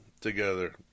together